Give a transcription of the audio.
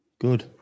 Good